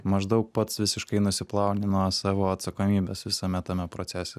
maždaug pats visiškai nusiplauni nuo savo atsakomybės visame tame procese